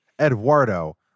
eduardo